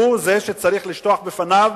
שהוא זה שצריך לשטוח בפניו